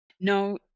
No